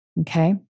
Okay